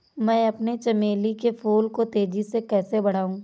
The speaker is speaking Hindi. मैं अपने चमेली के फूल को तेजी से कैसे बढाऊं?